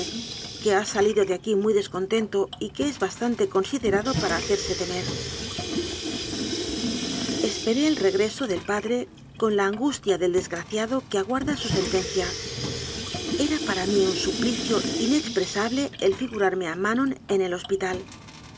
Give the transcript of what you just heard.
que ha sa lido de aquí muy descontento y que es bastante considerado para hacerse temer esperé el regreso del padre con la angustia del desgraciado que aguarda su sentencia era para mí un suplicio inexpresable el figurarme a manon en el hospital